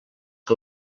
que